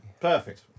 perfect